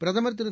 பிரதமர் திரு